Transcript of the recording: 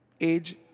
Age